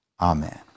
Amen